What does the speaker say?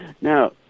Now